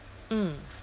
mm